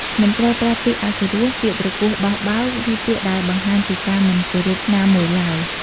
មិនត្រូវប្រើពាក្យអសុរោះ ពាក្យទ្រគោះបោះបោក ឬពាក្យដែលបង្ហាញពីការមិនគោរពណាមួយឡើយ។